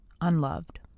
unloved